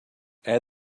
add